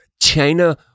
China